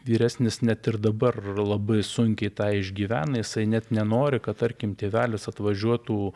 vyresnis net ir dabar labai sunkiai tą išgyvena jisai net nenori kad tarkim tėvelis atvažiuotų